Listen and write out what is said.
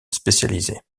spécialisée